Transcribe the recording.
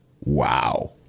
Wow